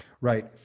Right